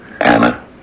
Anna